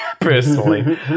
personally